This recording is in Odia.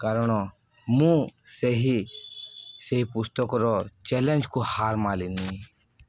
କାରଣ ମୁଁ ସେହି ସେହି ପୁସ୍ତକର ଚ୍ୟାଲେଞ୍ଜକୁ ହାର ମାଲିନି